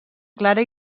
clara